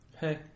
Hey